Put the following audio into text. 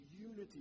unity